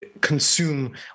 consume